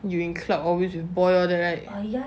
in club always with with boy all that right